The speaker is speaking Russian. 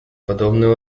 подобные